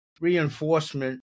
reinforcement